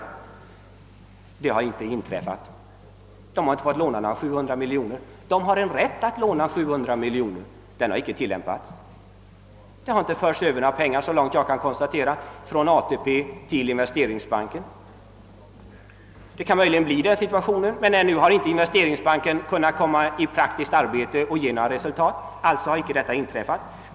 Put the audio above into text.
Detta har inte inträffat! Investeringsbanken har inte fått låna några 700 miljoner kronor. Den har rätt att göra det, men den har icke utnyttjats. Såvitt jag kan konstatera har inga pengar förts över från ATP-fonderna till investeringsbanken. Den situationen kan möjligen komma att uppstå, men ännu har inte investeringsbanken kommit i praktiskt arbete som lett till resultat. Alltså har dessa pengar icke utnyttjats.